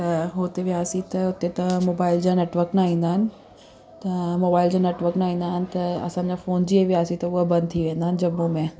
त हुते वियासीं त हुते त मोबाइल जा नैटवर्क न ईंदा आहिनि त मोबाइल जा नैटवर्क न ईंदा आहिनि त असांजा फ़ोन जीअं वियासीं त उहा बंदि थी वेंदा आहिनि जम्मू में